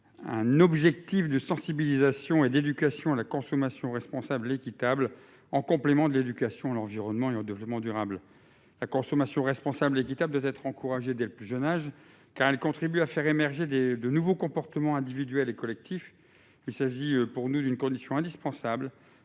un objectif de sensibilisation et d'éducation à la consommation responsable et équitable, en complément de l'éducation à l'environnement et au développement durable. La consommation responsable et équitable doit être encouragée dès le plus jeune âge, car elle contribue à faire émerger de nouveaux comportements individuels et collectifs. Il s'agit d'une condition indispensable